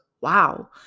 wow